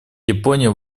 япония